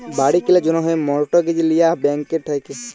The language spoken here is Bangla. বাড়ি কিলার জ্যনহে মর্টগেজ লিয়া হ্যয় ব্যাংকের থ্যাইকে